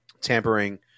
tampering